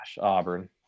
Auburn